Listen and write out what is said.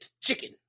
chicken